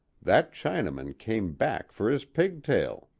that chinaman came back for his pigtail.